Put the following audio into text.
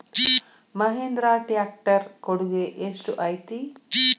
Mahindra tractor ಕೊಡುಗೆ ಎಷ್ಟು ಐತಿ?